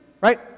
right